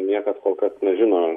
niekas kol kas nežino